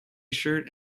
shirt